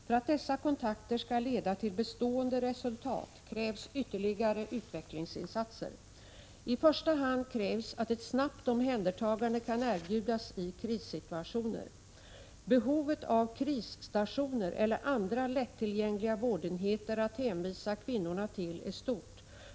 För att dessa kontakter skall leda till bestående resultat krävs ytterligare utvecklingsinsatser. För det första krävs att ett snabbt omhändertagande kan erbjudas i krissituationer. Behovet av ”krisstationer” eller andra lättillgängliga vårdenheter att hänvisa kvinnorna till är stort.